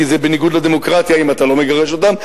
כי זה בניגוד לדמוקרטיה אם אתה לא מגרש אותם,